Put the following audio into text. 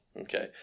Okay